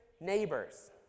neighbors